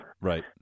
Right